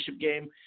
game